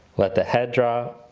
let the head drop.